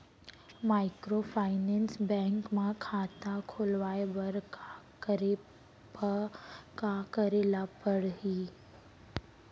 Microfinance bank म खाता खोलवाय बर का करे ल परही?